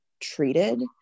treated